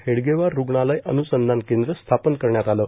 हेडगेवार रुग्णालय अन्संधान केंद्र स्थापन करण्यात आले आहे